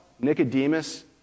Nicodemus